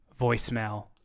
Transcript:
voicemail